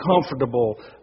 comfortable